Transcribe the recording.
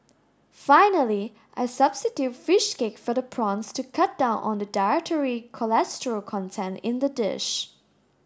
finally I substitute fish cake for the prawns to cut down on the dietary cholesterol content in the dish